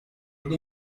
need